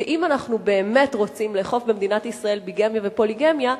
ואם אנחנו באמת רוצים לאכוף במדינת ישראל חוקים נגד ביגמיה ופוליגמיה,